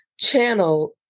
Channel